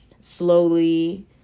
slowly